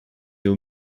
aux